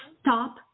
Stop